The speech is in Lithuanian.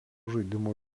žaidimų